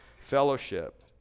fellowship